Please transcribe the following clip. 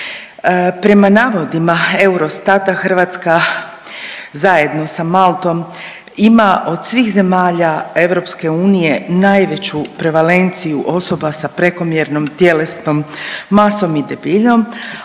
Prema navodima EUROSTAT-a Hrvatska zajedno sa Maltom ima od svih zemalja EU najveću prevalenciju osoba se prekomjernom tjelesnom masom i debljinom,